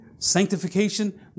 Sanctification